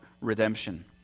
redemption